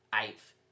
eighth